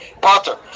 Potter